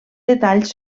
detalls